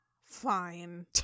fine